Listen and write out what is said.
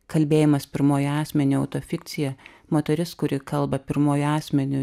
kalbėjimas pirmuoju asmeniu auto fikcija moteris kuri kalba pirmuoju asmeniu